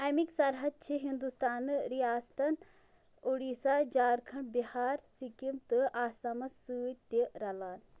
اَمِکۍ سرحَد چھِ ہِندوستانہٕ رِیاستَن اُڈیٖسہ جھارکھنٛڈ بِہار سِکِم تہٕ آسامس سۭتۍ تہِ رَلان